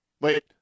Wait